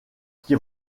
qui